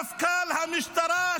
מפכ"ל המשטרה,